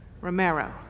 Romero